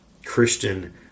christian